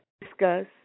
discuss